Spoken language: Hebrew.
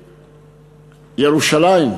ירושלים.